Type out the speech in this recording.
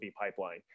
pipeline